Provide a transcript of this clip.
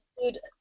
Include